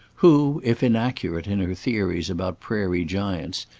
who, if inaccurate in her theories about prairie giants,